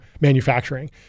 manufacturing